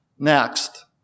Next